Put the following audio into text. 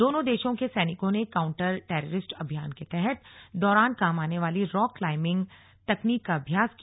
दोनों देशो के सैनिकों ने काउंटर टेररिस्ट अभियान के दौरान काम आने वाली रॉक क्लाइम्बिंग तकनीक का अभ्यास किया